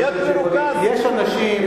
יש אנשים,